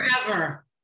Forever